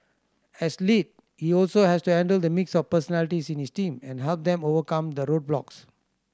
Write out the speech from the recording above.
as lead he also has to handle the mix of personalities in his team and help them overcome the roadblocks